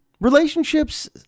Relationships